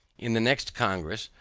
in the next congress,